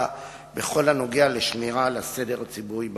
בכל הנוגע לשמירה על הסדר הציבורי במקום.